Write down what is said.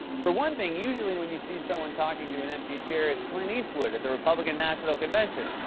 for one thing, usually when you see someone talking to an empty chair, it's clint eastwood at the republican national convention.